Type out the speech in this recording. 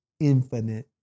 infinite